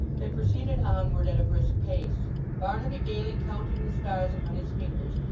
they proceeded onward at a brisk pace barnaby gaily counting the stars upon his fingers,